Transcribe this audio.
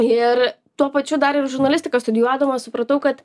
ir tuo pačiu dar ir žurnalistiką studijuodama supratau kad